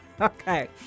Okay